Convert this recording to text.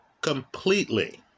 completely